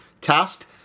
test